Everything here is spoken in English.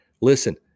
Listen